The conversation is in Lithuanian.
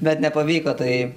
bet nepavyko tai